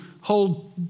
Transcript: hold